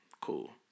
cool